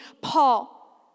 Paul